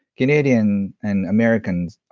canadian and americans,